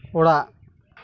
ᱚᱲᱟᱜ